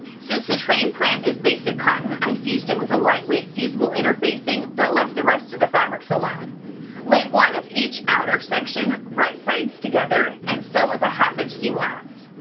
since the train print is basic cotton i've fused it with a light wight fusible interfacing but left the rest to the fabrics alone lay one of each outer section right sides together and sew with a half inch seam allowance.